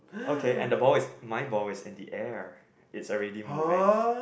okay and the ball is my ball is in the air it's already moving